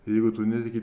jeigu tu netiki